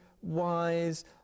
wise